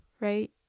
right